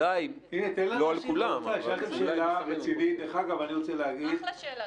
שאלתם שאלה רצינית, תנו לה להשיב.